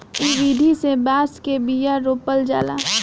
इ विधि से बांस के बिया रोपल जाला